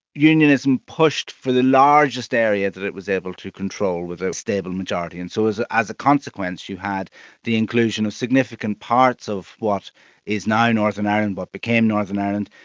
unionism pushed for the largest area that it was able to control with a stable majority. and so as as a consequence you had the inclusion of significant parts of what is now northern ireland, what but became northern ireland,